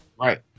Right